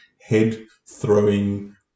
head-throwing